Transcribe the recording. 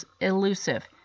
elusive